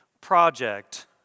project